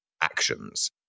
actions